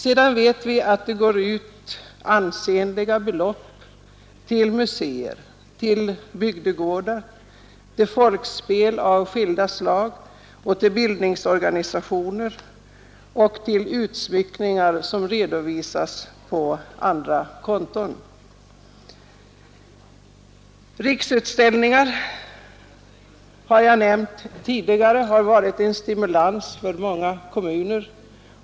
Vi vet att det går ut ansenliga belopp till museer, till bygdegårdar, till folkspel av skilda slag, till bildningsorganisationer och till utsmyckningar som redovisas på andra konton. Riksutställningar som jag nämnt tidigare har varit en stimulans för många kommuner.